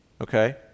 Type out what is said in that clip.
okay